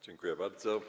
Dziękuję bardzo.